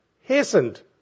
hastened